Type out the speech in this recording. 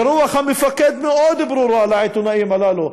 ורוח המפקד מאוד ברורה לעיתונאים הללו,